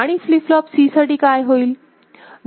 आणि flip flop C साठी काय होईल